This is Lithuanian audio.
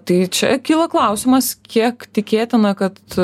tai čia kyla klausimas kiek tikėtina kad